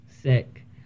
Sick